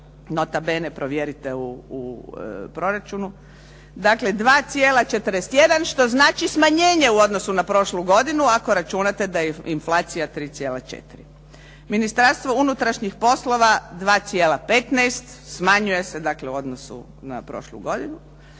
nota bene provjerite u proračunu. Dakle 2,41 što znači smanjenje u odnosu na prošlu godinu ako računate da je inflacija 3,4. Ministarstvo unutrašnjih poslova 2,15, smanjuje se dakle u odnosu na prošlu godinu.